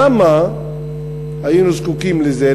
למה היינו זקוקים לזה,